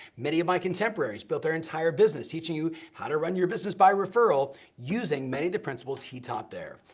many of my contemporaries built their entire business teaching you how to run your business by referral using many of the principles he taught there.